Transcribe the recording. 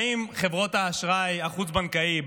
באות חברות האשראי החוץ-בנקאי,